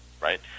right